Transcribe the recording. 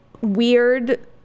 weird